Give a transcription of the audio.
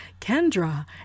Kendra